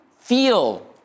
feel